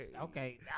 Okay